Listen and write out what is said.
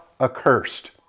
accursed